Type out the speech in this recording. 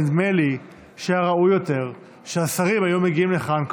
נדמה לי שהיה ראוי יותר שהשרים היו מגיעים לכאן,